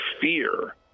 fear